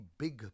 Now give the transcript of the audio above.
big